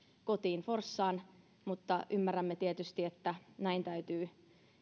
kotiin forssaan mutta ymmärrämme tietysti että näin täytyy